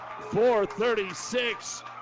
4.36